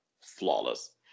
flawless